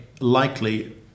likely